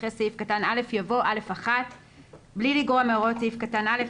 אחרי סעיף קטן (א) יבוא: "א1)בלי לגרוע מהוראות סעיף קטן (א),